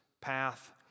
path